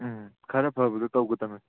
ꯎꯝ ꯈꯔ ꯐꯕꯗꯨ ꯇꯧꯒꯗꯕꯅꯦ